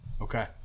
Okay